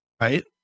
Right